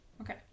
Okay